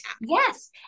yes